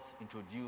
introduce